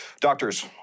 Doctors